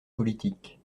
politique